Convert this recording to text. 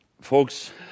folks